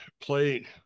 play